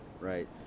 right